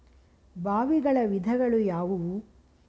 ಬಾವಿಗಳ ವಿಧಗಳು ಯಾವುವು?